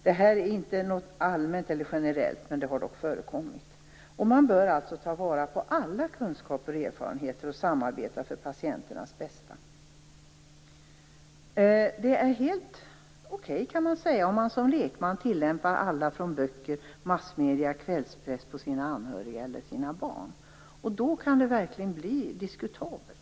Detta är inte något allmänt eller generellt, men det har dock förekommit. Man bör alltså ta vara på alla kunskaper och erfarenheter och samarbeta för patienternas bästa. Om man som lekman tillämpar allt som står i böcker, massmedier och kvällspress på sina anhöriga eller sina barn, kan det verkligen bli diskutabelt.